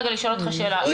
35% בגלל שעשיתם את זה במלון,